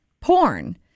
porn